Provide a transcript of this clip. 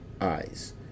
eyes